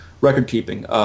record-keeping